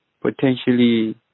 potentially